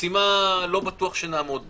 זו משימה שלא בטוח שנעמוד בה.